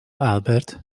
albert